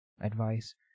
advice